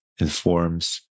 informs